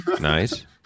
Nice